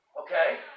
Okay